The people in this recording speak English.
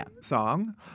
song